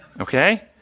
Okay